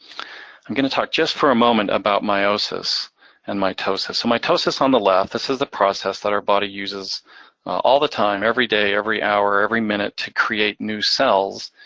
i'm gonna talk just for a moment about meiosis and mitosis. and so mitosis on the left, this is the process that our body uses all the time, every day, every hour, every minute, to create new cells,